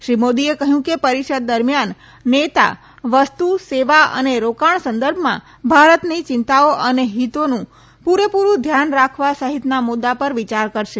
શ્રી મોદીએ કહ્યું કે પરિષદ દરમિયાન નેતા વસ્તુ સેવા અને રોકાણ સંદર્ભમાં ભારતની ચિંતાઓ અને હીતોનું પુરેપુરૃ ધ્યાન રાખવા સહિતના મુદ્દા પર વિયાર કરશે